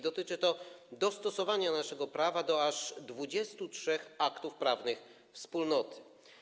Dotyczy to dostosowania naszego prawa do aż 23 aktów prawnych Wspólnoty.